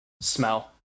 Smell